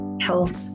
health